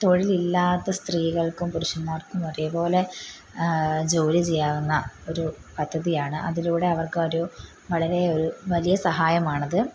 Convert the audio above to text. തൊഴിലില്ലാത്ത സ്ത്രീകൾക്കും പുരുഷന്മാർക്കും ഒരേ പോലെ ജോലി ചെയ്യാവുന്ന ഒരു പദ്ധതിയാണ് അതിലൂടെ അവർക്കൊരു വളരെ ഒരു വലിയ സഹായമാണത്